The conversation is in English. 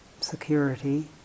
security